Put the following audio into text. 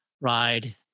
ride